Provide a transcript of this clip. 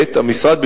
2. המשרד,